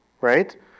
right